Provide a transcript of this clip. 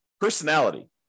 personality